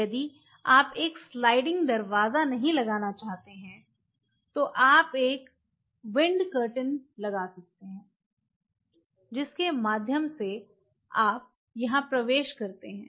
यदि आप एक स्लाइडिंग दरवाज़ा नहीं लगाना चाहते हैं तो आप एक विंड कर्टेन लगा सकते हैं जिसके माध्यम से आप यहां प्रवेश करते हैं